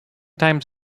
times